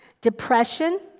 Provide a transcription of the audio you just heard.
depression